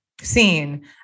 seen